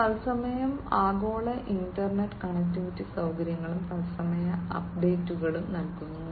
തത്സമയം ആഗോള interconnectivity സൌകര്യങ്ങളും തത്സമയ അപ്ഡേറ്റുകളും നൽകുന്നു